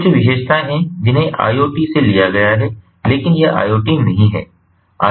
कुछ विशेषताएं हैं जिन्हें IoT से लिया गया है लेकिन यह IoT नहीं है